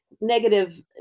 negative